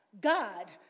God